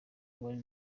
wari